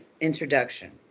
introduction